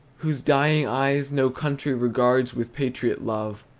whose dying eyes no country regards with patriot love.